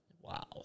Wow